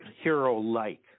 hero-like